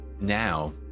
Now